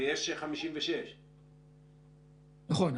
ויש 56. נכון,